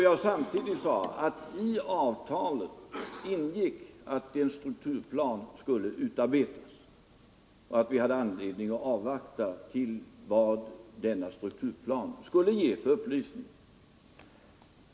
Jag sade då att i avtalet ingick att en strukturplan skulle utarbetas och att vi hade att avvakta och se vad den planen skulle ge för upplysningar.